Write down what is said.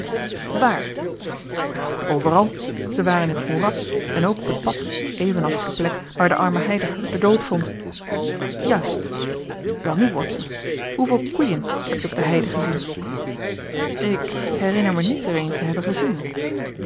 waar wel overal zij waren in het moeras en ook op het pad evenals op de plek waar de arme heidegger den dood vond juist welnu watson hoeveel koeien heb je op de heide gezien ik herinner mij niet er een te hebben gezien